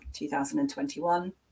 2021